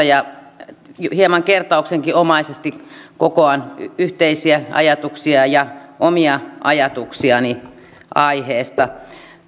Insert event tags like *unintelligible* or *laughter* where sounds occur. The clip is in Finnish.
*unintelligible* ja hieman kertauksenomaisestikin kokoan yhteisiä ajatuksia ja omia ajatuksiani aiheesta